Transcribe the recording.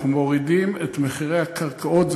אנחנו מורידים את מחירי הקרקעות.